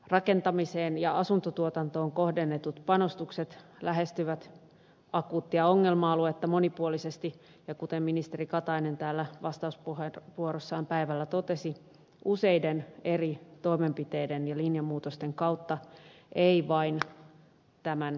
rakentamiseen ja asuntotuotantoon kohdennetut panostukset lähestyvät akuuttia ongelma aluetta monipuolisesti ja kuten ministeri katainen täällä vastauspuheenvuorossaan päivällä totesi useiden eri toimenpiteiden ja linjamuutosten kautta ei vain tämän täydennysesityksen toimin